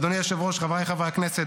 אדוני היושב-ראש, חבריי חברי הכנסת.